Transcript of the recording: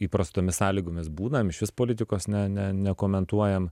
įprastomis sąlygomis būnam iš vis politikos ne ne nekomentuojam